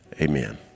amen